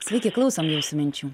sveiki klausom jūsų minčių